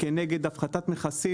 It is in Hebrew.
כנגד הפחתת מכסים,